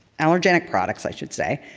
allergenic products i should say,